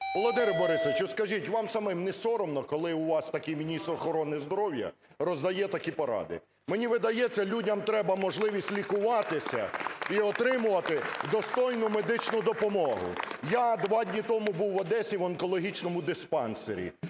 Володимире Борисовичу, скажіть, вам самим несоромно, коли у вас такий міністр охорони здоров'я роздає такі поради? Мені видається, людям треба можливість лікуватися і отримувати достойну медичну допомогу. Я два дні тому був в Одесі в онкологічному диспансері.